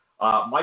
Mike